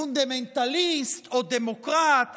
פונדמנטליסט או דמוקרט?